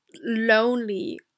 lonely